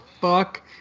fuck